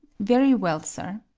very well, sir.